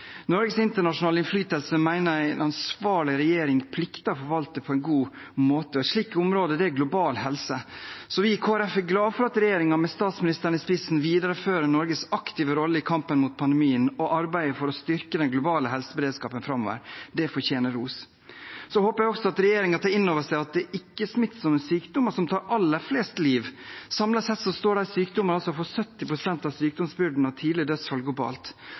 Norges internasjonale innflytelse mener jeg en ansvarlig regjering plikter å forvalte på en god måte. Et slikt område er global helse, så vi i Kristelig Folkeparti er glad for at regjeringen, med statsministeren i spissen, viderefører Norges aktive rolle i kampen mot pandemien og arbeidet for å styrke den globale helseberedskapen framover. Det fortjener ros. Jeg håper regjeringen tar inn over seg at det er ikke-smittsomme sykdommer som tar aller flest liv. Samlet sett står disse sykdommene for over 70 pst. av sykdomsbyrden og